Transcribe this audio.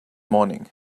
morning